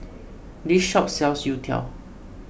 this shop sells Youtiao